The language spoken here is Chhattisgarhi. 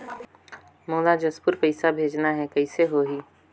मोला जशपुर पइसा भेजना हैं, कइसे होही?